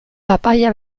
papaia